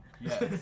Yes